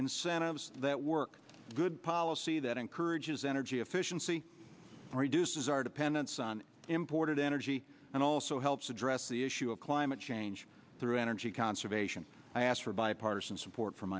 incentives that work good policy that encourages energy efficiency reduces our dependence on imported energy and also helps address the issue of climate change through energy conservation i asked for bipartisan support f